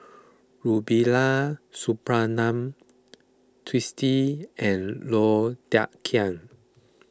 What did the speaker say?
Rubiah Suparman Twisstii and Low Thia Khiang